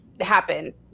happen